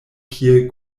kiel